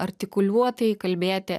artikuliuotai kalbėti